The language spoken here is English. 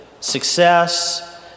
success